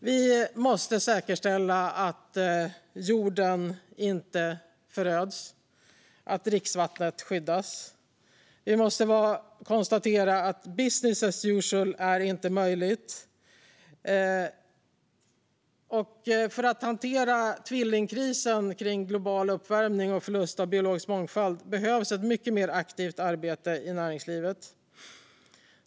Vi måste säkerställa att jorden inte föröds och att dricksvattnet skyddas. Vi måste konstatera att business as usual inte är möjligt. För att hantera tvillingkrisen kring global uppvärmning och förlust av biologisk mångfald behövs ett mycket mer aktivt arbete i näringslivet.